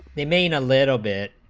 they made a little bit